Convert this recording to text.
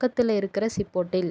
பக்கத்தில் இருக்கிற சிப்போட்டில்